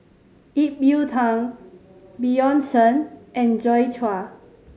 Ip Yiu Tung Bjorn Shen and Joi Chua